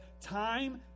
time